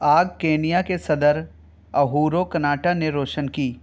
آگ کینیا کے صدر اہورو کناٹا نے روشن کی